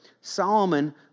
Solomon